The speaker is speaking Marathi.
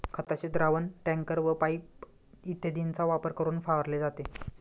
खताचे द्रावण टँकर व पाइप इत्यादींचा वापर करून फवारले जाते